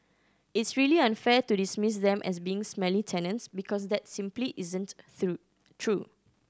it's really unfair to dismiss them as being smelly tenants because that simply isn't through true